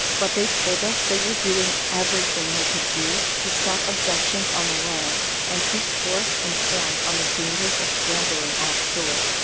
but they told us they were doing everything they could to stop abductions on the land and keep tourists informed on the dangers of gambling offshore.